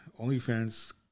OnlyFans